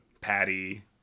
Patty